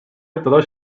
داداش